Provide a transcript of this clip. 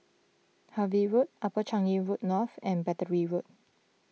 Harvey Road Upper Changi Road North and Battery Road